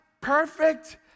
perfect